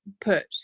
put